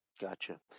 Gotcha